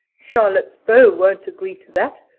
charlotte's beau won't agree to that,